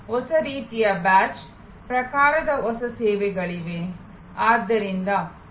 ನಂತರ ಹೊಸ ರೀತಿಯ ಬ್ಯಾಚ್ ಪ್ರಕಾರದ ಹೊಸ ಸೇವೆಗಳಿವೆ